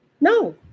No